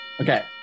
Okay